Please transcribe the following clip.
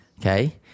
okay